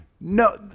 No